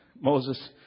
Moses